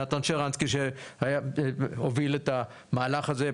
נתן שרנסקי, שהוביל את המהלך הזה.